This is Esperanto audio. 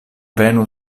venu